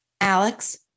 Alex